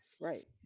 right